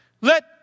Let